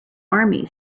army